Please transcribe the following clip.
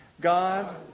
God